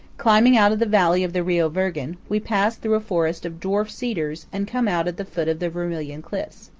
climbing out of the valley of the rio virgen, we pass through a forest of dwarf cedars and come out at the foot of the vermilion cliffs.